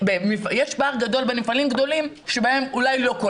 ויש פער גדול בין מפעלים גדולים שבהם אולי לא כל